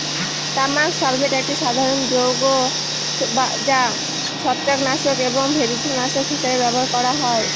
তামার সালফেট একটি সাধারণ যৌগ যা ছত্রাকনাশক এবং ভেষজনাশক হিসাবে ব্যবহার করা হয়